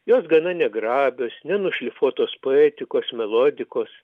jos gana negrabios nenušlifuotos poetikos melodikos